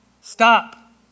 Stop